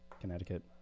connecticut